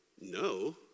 no